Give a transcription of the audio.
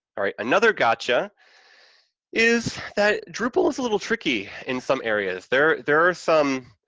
all right, another gotcha is that drupal's a little tricky in some areas. there there are some,